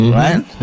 right